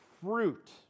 fruit